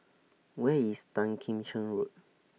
Where IS Tan Kim Cheng Road